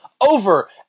over